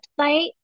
website